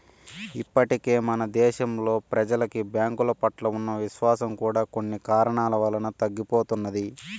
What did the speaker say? ఇప్పటికే మన దేశంలో ప్రెజలకి బ్యాంకుల పట్ల ఉన్న విశ్వాసం కూడా కొన్ని కారణాల వలన తరిగిపోతున్నది